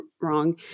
wrong